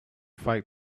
fight